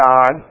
God